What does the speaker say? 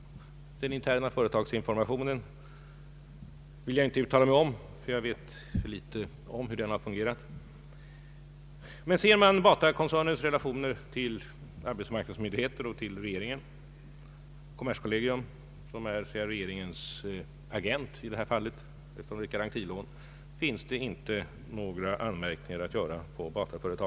Den interna företagsinformationen vill jag inte uttala mig om, då jag vet för litet om hur den fungerat. Men ser man på Batakoncernens relationer till arbetsmarknadsmyndigheter och = till kommerskollegium, som är så att säga regeringens agent när det gäller garantilån, finner man inte att några anmärkningar kan göras mot Batakoncernen.